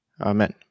Amen